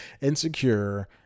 Insecure